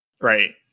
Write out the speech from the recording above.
Right